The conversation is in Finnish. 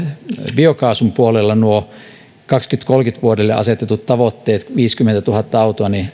biokaasun puolella vuodelle kaksituhattakolmekymmentä asetetut tavoitteet viisikymmentätuhatta autoa